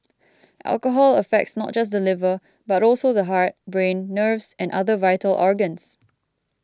alcohol affects not just the liver but also the heart brain nerves and other vital organs